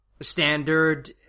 standard